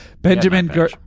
Benjamin